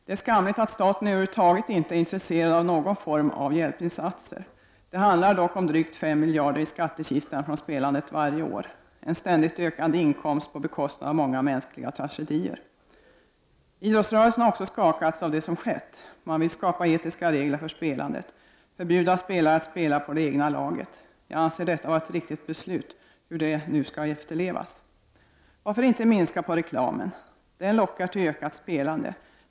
Det är skamligt att staten över huvud taget inte är intresserad av någon form av hjälpinsats. Det handlar dock varje år om drygt 5 miljarder i skattekistan från spelandet. Det är en inkomst som ständigt ökar på bekostnad av många mänskliga tragedier. Också idrottsrörelsen har skakats av det som skett. Man vill skapa etiska regler för spelandet och förbjuda spelare att spela på det egna laget. Jag anser detta vara ett riktigt beslut, hur det nu skall kunna efterlevas. Varför försöker man inte att minska reklamen? Reklamen lockar till ökat spelande.